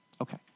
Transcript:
Okay